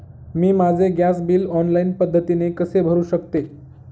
मी माझे gas bill online पद्धतीने कसे भरु शकते?